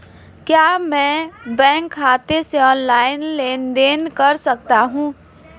क्या मैं बैंक खाते से ऑनलाइन लेनदेन कर सकता हूं?